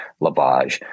lavage